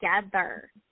together